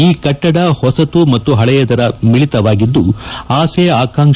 ಈ ಕಟ್ಟಡ ಹೊಸತು ಮತ್ತು ಹಳೆಯ ಮಿಳಿತವಾಗಿದ್ದು ಆಸೆ ಆಕಾಂಕ್ಷೆ